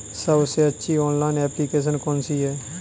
सबसे अच्छी online application कौन सी है?